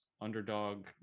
underdog